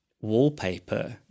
wallpaper